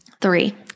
Three